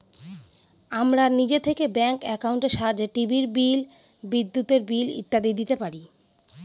আমরা নিজে থেকে ব্যাঙ্ক একাউন্টের সাহায্যে টিভির বিল, বিদ্যুতের বিল ইত্যাদি দিতে পারি